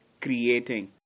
creating